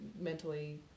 mentally